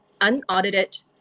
unaudited